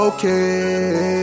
Okay